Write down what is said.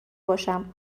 باشم